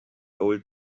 old